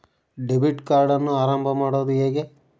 Debit ಕಾರ್ಡನ್ನು ಆರಂಭ ಮಾಡೋದು ಹೇಗೆ?